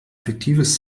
fiktives